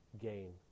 gain